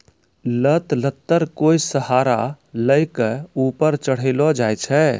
लत लत्तर कोय सहारा लै कॅ ऊपर चढ़ैलो जाय छै